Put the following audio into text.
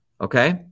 okay